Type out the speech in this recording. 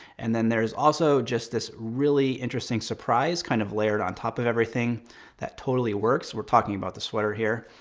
and then there's also just this really interesting surprise, kind of layered on top of everything that totally works. we're talking about the sweater here.